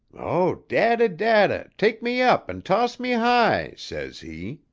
o dadda, dadda, take me up and toss me high says he.